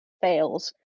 fails